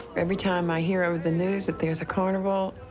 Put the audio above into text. every time i hear over the news that there's a carnival,